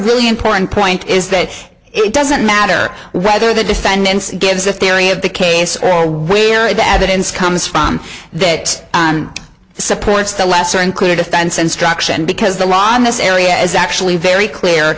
really important point is that it doesn't matter whether the defendant gives a theory of the case or when bad it is comes from that supports the lesser included offense instruction because the law on this area is actually very clear